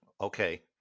Okay